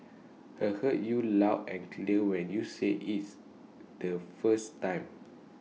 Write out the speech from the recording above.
I heard you loud and clear when you said IT the first time